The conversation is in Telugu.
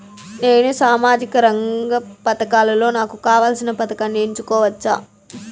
నేను సామాజిక రంగ పథకాలలో నాకు కావాల్సిన పథకాన్ని ఎన్నుకోవచ్చా?